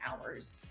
hours